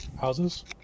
houses